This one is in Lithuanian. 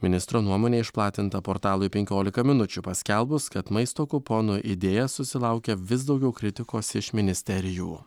ministro nuomonė išplatinta portalui penkiolika minučių paskelbus kad maisto kuponų idėja susilaukia vis daugiau kritikos iš ministerijų